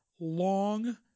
long